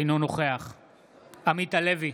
אינו נוכח עמית הלוי,